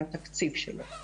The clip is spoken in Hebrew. מהתקציב שלו.